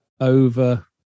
over